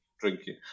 drinking